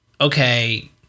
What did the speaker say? okay